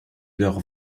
leur